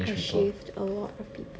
I shaved a lot of people